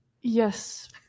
Yes